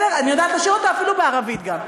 אני יודעת לשיר אותו אפילו בערבית, גם.